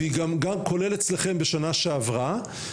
גם כולל אצלכם בשנה שעברה,